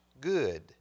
good